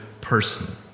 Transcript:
person